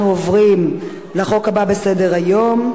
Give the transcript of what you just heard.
אנחנו עוברים להצעת החוק הבאה בסדר-היום: